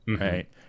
right